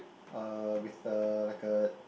uh with the like a